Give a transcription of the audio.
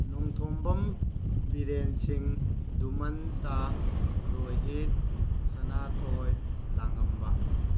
ꯅꯣꯡꯊꯣꯡꯕꯝ ꯕꯤꯔꯦꯟ ꯁꯤꯡ ꯗꯨꯃꯟꯇꯥ ꯔꯣꯍꯤꯠ ꯁꯅꯥꯊꯣꯏ ꯂꯥꯡꯉꯝꯕ